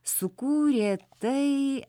sukūrė tai